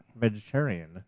vegetarian